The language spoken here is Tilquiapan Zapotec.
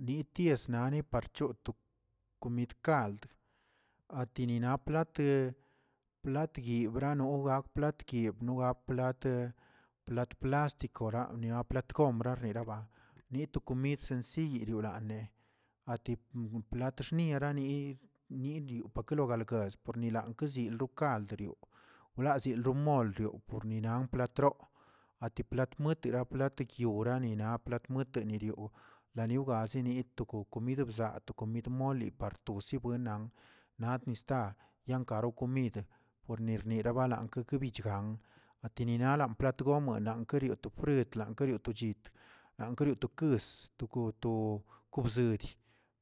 Nities nani parchoto komid kald, aytinina platə plat yibrano ga platgui no gak plat- plasticona nia plat kombra rneraba, nit to komid sensiy yiriorane ati pug plat xnierani niniꞌo patologalgues pornilagkzi lu kaldriu walzi molryo o porninan patrok ati plat muetira plat gyiwrarina, plat mueririoꞌ, laniwgazini ton to komid bzaa to komid moli par tosi bwenna' naꞌ nistaa yaankara komid, puernirlara balankə kubichgan atiniralan plat gomuenan ke lio tu korerklan, tiro to chit, angueri to kis to goto konzed,